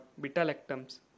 beta-lactams